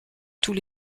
tous